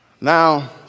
Now